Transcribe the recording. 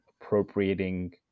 appropriating